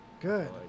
Good